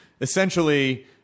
Essentially